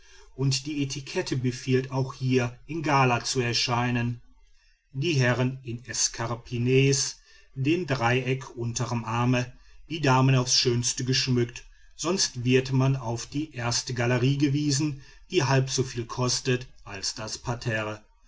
und die etikette befiehlt auch hier in gala zu erscheinen die herren in escarpines den dreieck unterm arme die damen auf's schönste geschmückt sonst wird man auf die erste galerie gewiesen die halb soviel kostet als das parterre